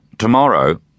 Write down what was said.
Tomorrow